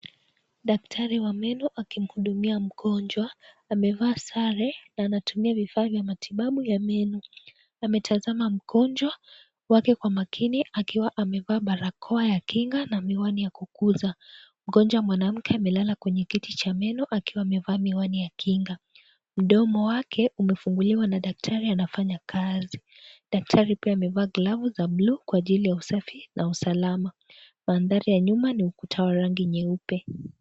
Daktari wa meno, akimhudumia mgonjwa, amevaa sare na anatumia vifaa vya matibabu ya meno. Ametazama mgonjwa wake kwa makini akiwa amevaa barakoa ya kinga na miwani ya kukuza. Mgonjwa mwanamke amelala kwenye kiti cha meno akiwa amevaa miwani ya kinga. Mdomo wake umefunguliwa na daktari anafanya kazi daktar. Daktari pia amevaa glavu za bluu kwa ajili ya usafi na usalama. Manthari ya nyuma ni ukuta wa rangi nyeupe.